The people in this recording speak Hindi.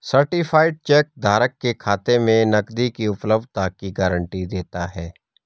सर्टीफाइड चेक धारक के खाते में नकदी की उपलब्धता की गारंटी देता है